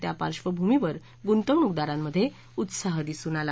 त्या पार्श्वभूमीवर गुंतवणूकदारांमधे उत्साह दिसून आला